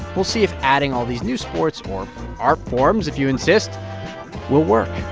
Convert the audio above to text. we'll see if adding all these new sports or art forms, if you insist will work